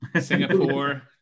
Singapore